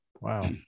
Wow